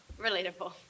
Relatable